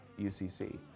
UCC